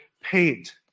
paint